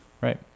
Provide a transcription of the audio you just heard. Right